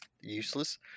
useless